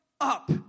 up